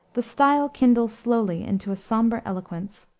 the style kindles slowly into a somber eloquence.